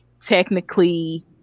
Technically